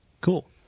Cool